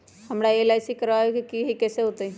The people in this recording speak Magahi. हमरा एल.आई.सी करवावे के हई कैसे होतई?